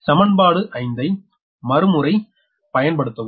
எனவே சமன்பாடு 5 ஐ மறுமுறை பயன்படுத்தவும்